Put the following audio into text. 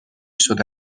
شده